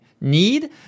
need